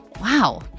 wow